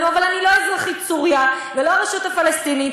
אבל אני לא אזרחית סוריה ולא אזרחית הרשות הפלסטינית,